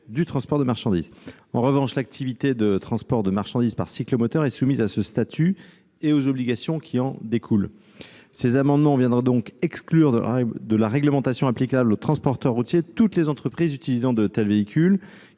du transport de marchandises. En revanche, l'activité de transport de marchandises par cyclomoteurs est soumise à ce statut et aux obligations qui en découlent. S'ils étaient adoptés, ces amendements excluraient de la réglementation applicable aux transporteurs routiers toutes les entreprises utilisant de tels véhicules.